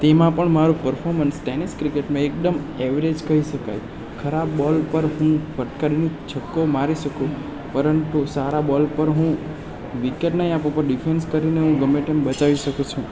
તેમાં પણ અમારો પરફોર્મન્સ ટેનિસ ક્રિકેટમાં એકદમ એવરેજ કહી શકાય ખરાબ બોલ પર હું ફટકારીને હું છક્કો મારી શકું પરંતુ સારા બોલ પર હું વિકેટ નહીં આપું પણ ડિફેન્સ કરીને ગમે તેમ હું બચાવી શકું છું